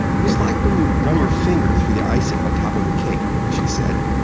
it was like when you run your finger through the icing on top of a cake, she said.